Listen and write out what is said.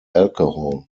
alcohol